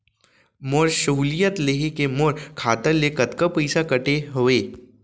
मोर सहुलियत लेहे के मोर खाता ले कतका पइसा कटे हवये?